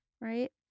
Right